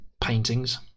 paintings